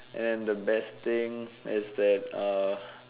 and the best thing is that uh